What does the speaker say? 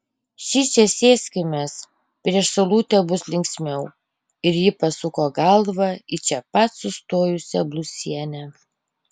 šičia sėskimės prieš saulutę bus linksmiau ir ji pasuko galvą į čia pat sustojusią blusienę